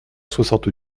soixante